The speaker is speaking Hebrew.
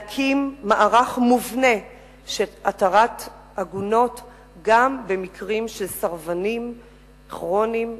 להקים מערך מובנה של התרת עגונות גם במקרים של סרבנים כרוניים,